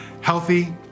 Healthy